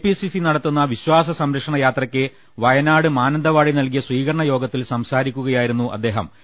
K P C C നടത്തുന്ന വിശ്വാസ സംരക്ഷണ യാത്രക്ക് വയനാട് മാനന്തവാടിയിൽ നൽകിയ സ്വീകരണ യോഗത്തിൽ സംസാരിക്കുകയായിരുന്നു അദ്ദേഹം